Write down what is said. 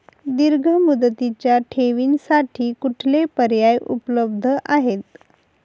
दीर्घ मुदतीच्या ठेवींसाठी कुठले पर्याय उपलब्ध आहेत?